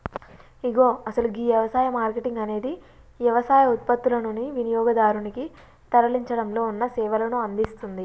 ఇగో అసలు గీ యవసాయ మార్కేటింగ్ అనేది యవసాయ ఉత్పత్తులనుని వినియోగదారునికి తరలించడంలో ఉన్న సేవలను అందిస్తుంది